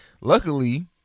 luckily